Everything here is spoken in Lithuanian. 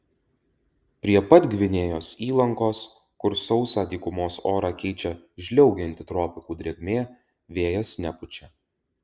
prie pat gvinėjos įlankos kur sausą dykumos orą keičia žliaugianti tropikų drėgmė vėjas nepučia